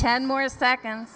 ten more second